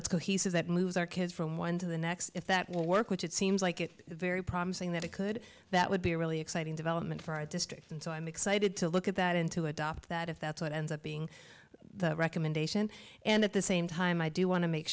that's cohesive that moves our kids from one to the next if that work which it seems like it very promising that it could that would be a really exciting development for our district and so i'm excited to look at that and to adopt that if that's what ends up being the recommendation and at the same time i do want to make